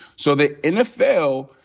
so the nfl,